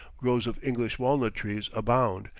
groves of english walnut-trees abound,